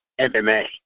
MMA